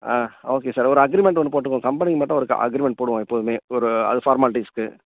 அ okay sir ஒரு agreement ஒன்னு போட்டுக்குவோம் கம்பெனிக்கு மட்டும் ஒரு அக்ரீமெண்ட் போடுவோம் எப்போதுமே ஒரு அது ஃபார்மால்டிஸுக்கு